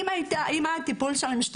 אם היה טיפול של המשטרה,